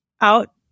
out